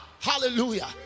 Hallelujah